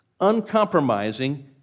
uncompromising